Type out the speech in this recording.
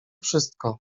wszystko